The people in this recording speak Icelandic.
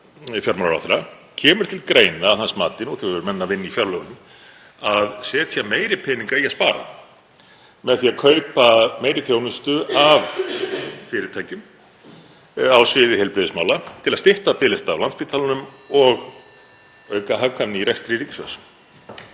fjármálaráðherra: Kemur til greina að hans mati, nú þegar við erum enn að vinna í fjárlögunum, að setja meiri peninga í að spara með því að kaupa meiri þjónustu af fyrirtækjum á sviði heilbrigðismála til að stytta biðlista á Landspítalanum og auka hagkvæmni í rekstri ríkissjóðs?